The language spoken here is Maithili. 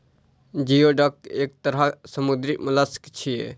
जिओडक एक तरह समुद्री मोलस्क छियै